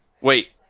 Wait